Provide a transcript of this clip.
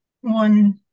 one